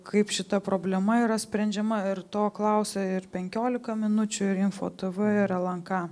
kaip šita problema yra sprendžiama ir to klausia ir penkiolika minučių ir info tv ir lnk